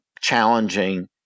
challenging